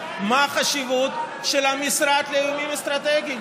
מה החשיבות של המשרד לאיומים אסטרטגיים.